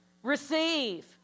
Receive